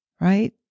right